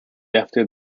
after